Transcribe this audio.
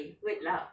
is it